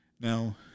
Now